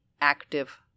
active